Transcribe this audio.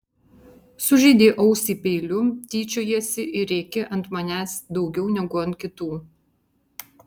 sužeidei ausį peiliu tyčiojiesi ir rėki ant manęs daugiau negu ant kitų